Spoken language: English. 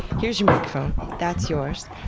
here's your microphone, that's yours.